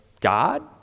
god